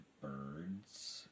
birds